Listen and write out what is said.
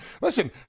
Listen